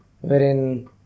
Wherein